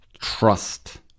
trust